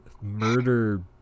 murder